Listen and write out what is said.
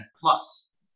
plus